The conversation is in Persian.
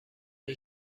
این